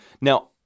Now